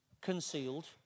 concealed